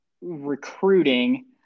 recruiting